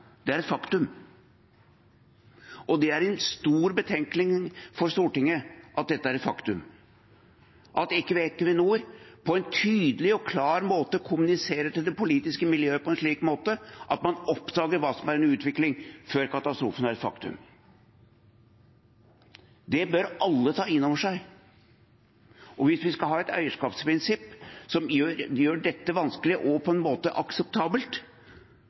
Det er et faktum. Det er en stor betenkning for Stortinget at dette er et faktum, at ikke Equinor på en tydelig og klar måte kommuniserer til det politiske miljøet på en slik måte at man oppdager hva som er under utvikling før katastrofen er et faktum. Det bør alle ta innover seg. Hvis vi skal ha et eierskapsprinsipp som gjør dette vanskelig og på en måte akseptabelt,